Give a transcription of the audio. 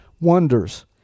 wonders